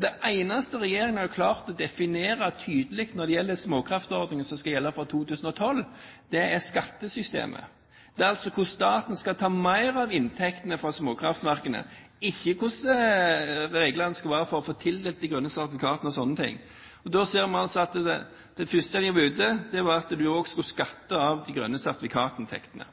Det eneste regjeringen har klart å definere tydelig når det gjelder småkraftordningen som skal gjelde for 2012, er skattesystemet, der staten skal ta mer av inntektene fra småkraftverkene, ikke hvordan reglene skal være for å få tildelt de grønne sertifikatene, og sånne ting. Vi ser at det første de bydde, var at man også skulle skatte av de grønne sertifikatinntektene.